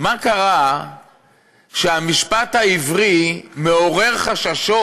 מה קרה שהמשפט העברי מעורר חששות